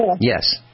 Yes